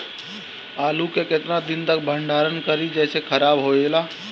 आलू के केतना दिन तक भंडारण करी जेसे खराब होएला?